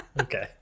Okay